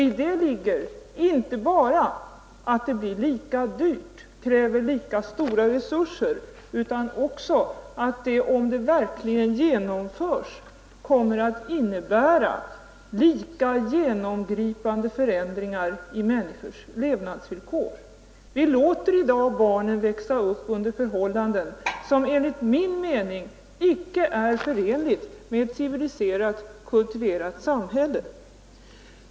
I det ligger inte bara att det blir lika dyrt, kräver lika stora resurser, utan också att det, om det verkligen genomförs, kommer att innebära lika genomgripande förändringar i människornas levnadsvillkor. Vi låter i dag barnen växa upp under förhållanden som enligt min mening inte är förenliga med ett civiliserat, kultiverat samhälle.